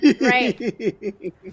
Right